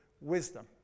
wisdom